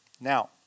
Now